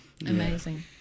amazing